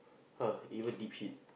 err even deep shit